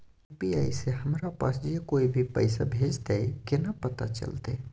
UPI से हमरा पास जे कोय भी पैसा भेजतय केना पता चलते?